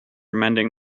mending